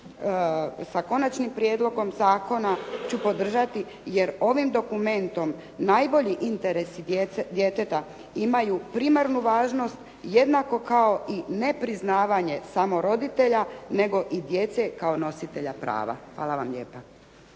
sa Konačnim prijedlogom zakona ću podržati jer ovim dokumentom najbolji interesi djeteta imaju primarnu važnost jednako kao i nepriznavanje samo roditelja, nego i djece kao nositelja prava. Hvala vam lijepa.